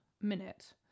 minute